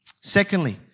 Secondly